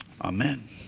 Amen